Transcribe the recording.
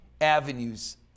avenues